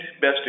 best